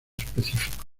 específicos